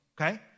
Okay